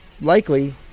likely